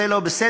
זה לא בסדר,